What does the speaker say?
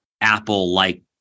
Apple-like